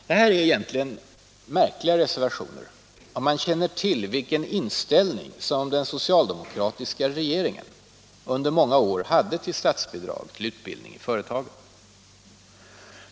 Det här är egentligen märkliga reservationer, om man känner till vilken inställning den socialdemokratiska regeringen under många år hade till statsbidrag till utbildning i företagen.